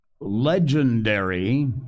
legendary